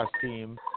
team